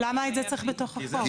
למה את זה צריך בתוך החוק?